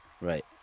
Right